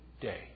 day